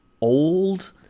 old